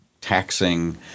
taxing